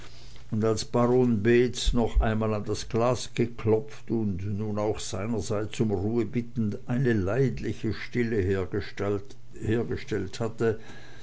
und als baron beetz noch einmal an das glas geklopft und nun auch seinerseits um ruhe bittend eine leidliche stille hergestellt hatte